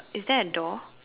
is there a door